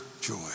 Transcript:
joy